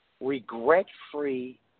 regret-free